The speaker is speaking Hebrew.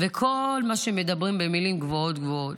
וכל מה שמדברים במילים גבוהות גבוהות.